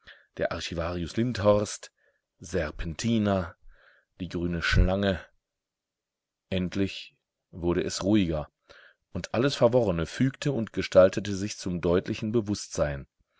der archivarius lindhorst serpentina die grüne schlange endlich wurde es ruhiger und alles verworrene fügte und gestaltete sich zum deutlichen bewußtsein